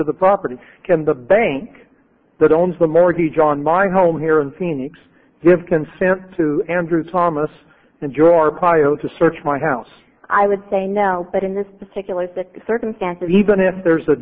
of the property can the bank that owns the mortgage on my home here in phoenix give consent to andrew thomas the joy to search my house i would say no but in this particular circumstance even if there's a